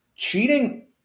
Cheating